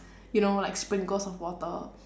you know like sprinkles of water